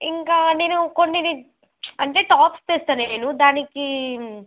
ఇంకా నేను కొన్ని అంటే టాప్స్ తెస్తాను నేనూ దానికీ